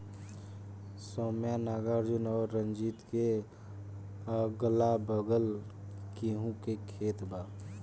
सौम्या नागार्जुन और रंजीत के अगलाबगल गेंहू के खेत बा